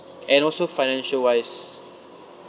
and also financial wise